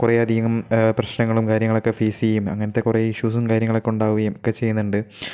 കുറേയധികം പ്രശ്നങ്ങളും കാര്യങ്ങളൊക്കെ ഫേയ്സ് ചെയ്യും അങ്ങനത്തെ കുറെ ഇഷ്യൂസും കാര്യങ്ങളൊക്കെ ഉണ്ടാവുകയും ഒക്കെ ചെയ്യുന്നുണ്ട്